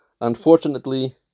unfortunately